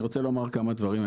אני רוצה לומר כמה דברים.